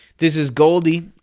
this is goldie.